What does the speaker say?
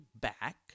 back